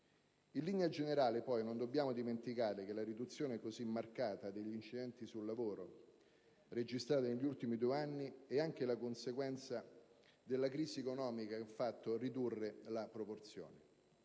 In linea generale, poi, non dobbiamo dimenticare che la riduzione così marcata degli incidenti sul lavoro registrata negli ultimi due anni è anche la conseguenza della crisi economica, che ha fatto ridurre la produzione.